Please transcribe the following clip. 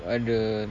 ada